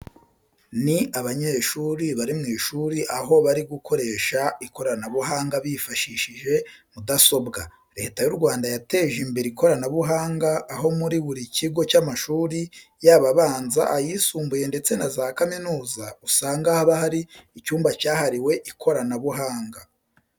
Ni abanyeshuri bari mu ishuri aho bari gukoresha ikoranabuhanga bifashishije mudasobwa. Leta y'u Rwanda yateje imbere ikoranabuhanga aho muri buri kigo cy'amashuri yaba abanza, ayisumbuye ndetse na za kaminuza usanga haba hari icyumba cyahariwe ikoranabuhanga.